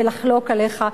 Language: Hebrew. ולחלוק עליך,